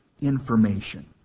information